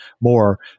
more